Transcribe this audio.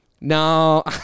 No